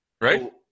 Right